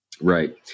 Right